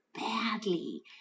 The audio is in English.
badly